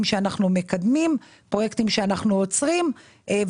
שאנחנו מקדמים ופרויקטים שאנחנו עוצרים.